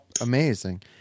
Amazing